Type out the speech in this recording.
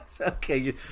Okay